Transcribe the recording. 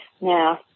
Now